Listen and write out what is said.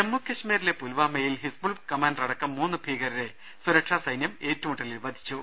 ജമ്മു കശ്മീരിലെ പുൽവാമയിൽ ഹിസ്ബുൾ കമാൻഡറടക്ക്ം മൂന്ന് ഭീക രരെ സുരക്ഷാ സൈന്യം ഏറ്റുമുട്ടലിൽ വധിച്ചു